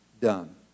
done